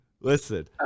Listen